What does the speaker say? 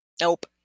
nope